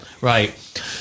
Right